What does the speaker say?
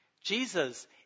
Jesus